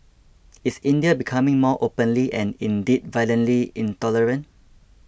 is India becoming more openly and indeed violently intolerant